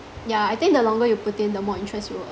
yeah I think the longer you put in the more interest you will earn